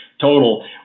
total